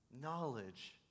knowledge